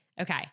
Okay